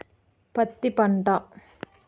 పత్తి పంట